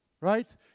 Right